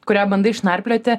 kurią bandai išnarplioti